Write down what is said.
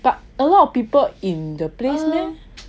but a lot of people in the place meh